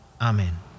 Amen